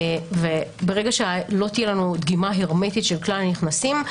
וברגע שלא תהיה לנו דגימה הרמטית של כלל הנכנסים,